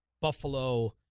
buffalo